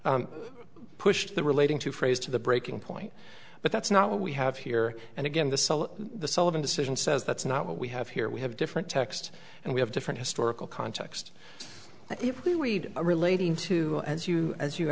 e pushed the relating to phrase to the breaking point but that's not what we have here and again the the sullivan decision says that's not what we have here we have different text and we have different historical context and if we read a relating to as you as you